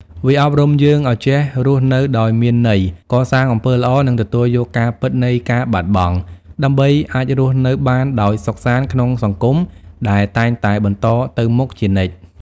វាអប់រំយើងឲ្យចេះរស់នៅដោយមានន័យ កសាងអំពើល្អ និងទទួលយកការពិតនៃការបាត់បង់ ដើម្បីអាចរស់នៅបានដោយសុខសាន្តក្នុងសង្គមដែលតែងតែបន្តទៅមុខជានិច្ច។